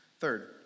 Third